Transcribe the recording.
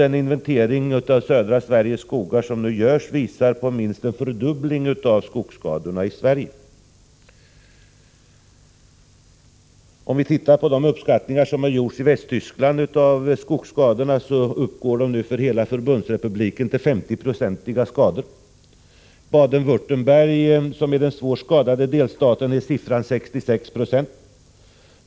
Den inventering av södra Sveriges skogar som nu görs visar på minst en fördubbling av skogsskadorna i Sverige. Enligt de uppskattningar som gjorts i Västtyskland av skogsskadorna har man nu i hela förbundsrepubliken 50-procentiga skador. I Baden-Wärttem berg, som är den svårast skadade delstaten, är siffran 66 96.